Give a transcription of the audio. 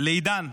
לעידן,